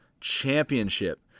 Championship